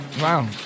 Wow